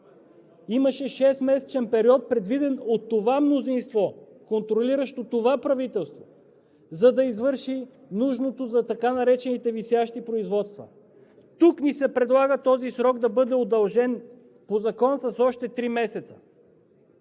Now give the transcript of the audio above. Имаше шестмесечен период – предвиден от това мнозинство, контролиращо това правителство, за да извърши нужното за така наречените висящи производства. Тук ни се предлага този срок да бъде удължен по закон с още три месеца.